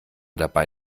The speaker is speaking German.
dabei